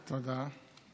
תודה.